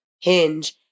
Hinge